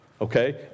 okay